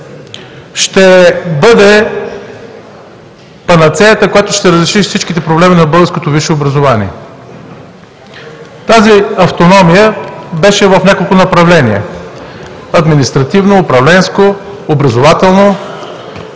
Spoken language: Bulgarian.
ще бъде панацеята, която ще разреши всичките проблеми на българското висше образование. Тази автономия беше в няколко направления – административно, управленско, образователно,